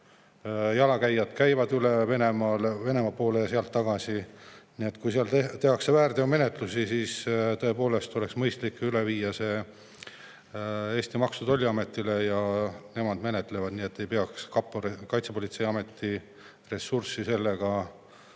Jalakäijad käivad üle Venemaa poole ja sealt tagasi. Kui seal tehakse väärteomenetlusi, siis tõepoolest oleks mõistlik see üle viia Eesti Maksu- ja Tolliametile ja nemad menetlevad, nii et ei peaks Kaitsepolitseiameti ressurssi sellega kinni